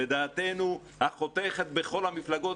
ודעתנו החותכת בכל המפלגות,